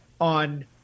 on